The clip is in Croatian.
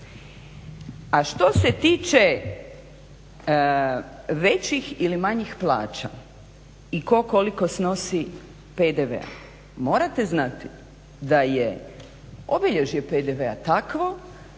A što se tiče većih ili manjih plaća i tko koliko snosi PDV-a. Morate znati da je obilježje PDV-a takvo